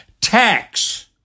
tax